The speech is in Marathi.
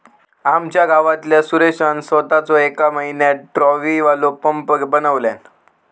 आमच्या गावातल्या सुरेशान सोताच येका म्हयन्यात ट्रॉलीवालो पंप बनयल्यान